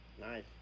Nice